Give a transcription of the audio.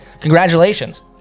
congratulations